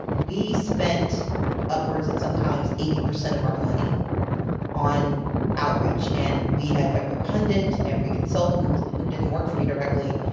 we spent upwards at sometimes eighty percent of our money on outreach, and we had every pundit, every consultant who didn't work for me directly,